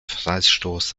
freistoß